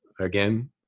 Again